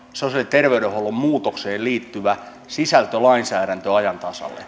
terveydenhuollon muutokseen liittyvä sisältölainsäädäntö ajan tasalle